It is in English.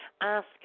Ask